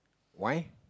why